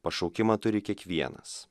pašaukimą turi kiekvienas